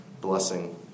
blessing